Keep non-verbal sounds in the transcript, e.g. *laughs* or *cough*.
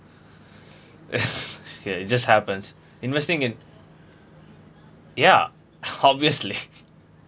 *laughs* ya it just happens investing in ya obviously *laughs*